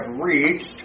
reached